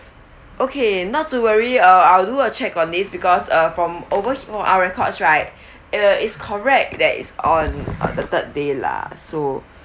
okay not to worry uh I'll do a check on this because uh from over here our records right uh it's correct that it's on the third day lah so